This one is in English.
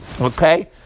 Okay